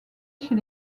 chez